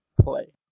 play